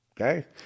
Okay